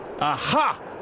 aha